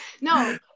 no